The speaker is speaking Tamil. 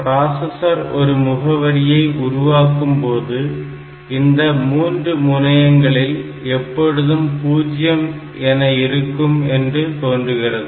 பிராசஸர் ஒரு முகவரியை உருவாக்கும்போது இந்த 3 முனையங்களில் எப்பொழுதும் பூஜ்ஜியம் என இருக்கும் என்று தோன்றுகிறது